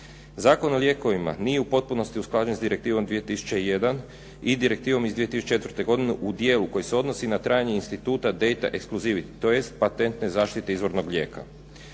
Zakon o lijekovima nije u potpunosti usklađen s Direktivom 2001 i Direktivom iz 2004. godine u dijelu koji se odnosi na trajanje instituta Data exclusivity, tj. patentne zaštite izvornog lijeka.